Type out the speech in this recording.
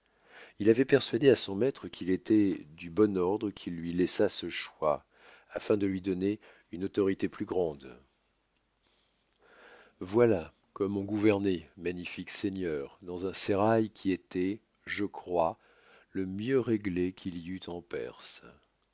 il avoit persuadé à son maître qu'il étoit du bon ordre qu'il lui laissât ce choix afin de lui donner une autorité plus grande voilà comme on gouvernoit magnifique seigneur dans un sérail qui étoit je crois le mieux réglé qu'il y eût en perse